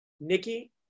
Nikki